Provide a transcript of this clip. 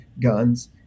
guns